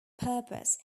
purpose